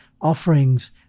offerings